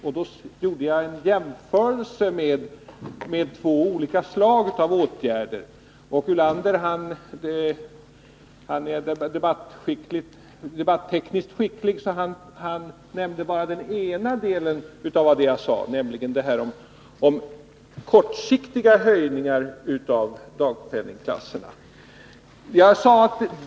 Sedan gjorde jag en jämförelse mellan två olika slag av åtgärder. Lars Ulander är debattekniskt skicklig, så han nämnde bara den ena delen av det jag sade, nämligen det om kortsiktiga höjningar av dagpenningsklasserna.